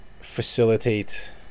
facilitate